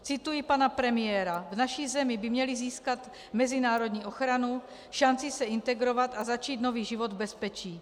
Cituji pana premiéra: V naší zemi by měli získat mezinárodní ochranu, šanci se integrovat a začít nový život v bezpečí.